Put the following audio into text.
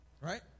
right